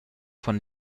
von